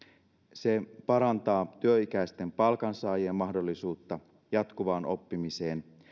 se parantaa työikäisten palkansaajien mahdollisuutta jatkuvaan oppimiseen